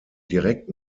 direkt